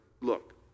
look